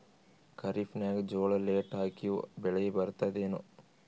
ಖರೀಫ್ ನಾಗ ಜೋಳ ಲೇಟ್ ಹಾಕಿವ ಬೆಳೆ ಬರತದ ಏನು?